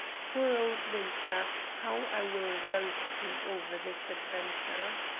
poor old winter, how i will roast him over this adventure!